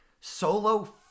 Solo